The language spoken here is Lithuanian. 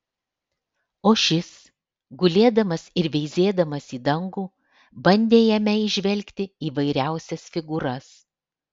o šis gulėdamas ir veizėdamas į dangų bandė jame įžvelgti įvairiausias figūras